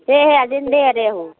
सेहे जिन्दे रेहु